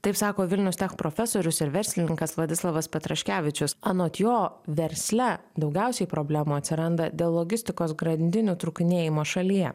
taip sako vilnius tech profesorius ir verslininkas vladislavas petraškevičius anot jo versle daugiausiai problemų atsiranda dėl logistikos grandinių trūkinėjimo šalyje